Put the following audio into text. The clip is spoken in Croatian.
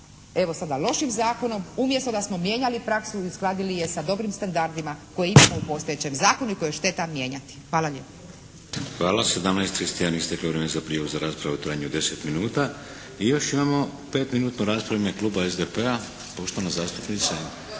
evo sada lošim zakonom. Umjesto da smo mijenjali praksu i uskladili je sa dobrim standardima koje imamo u postojećem zakonu i koje je šteta mijenjati. Hvala lijepa.